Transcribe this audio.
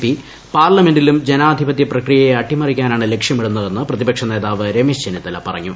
P പാർലമെന്റിലും ജനാധിപത്യ പ്രക്രിയയെ അട്ടിമറിക്കാനാണ് ലക്ഷ്യമിടുന്നതെന്ന് പ്രതിപക്ഷ് നേതാവ് രമേശ് ചെന്നിത്തല പറഞ്ഞു